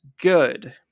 good